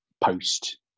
post